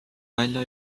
välja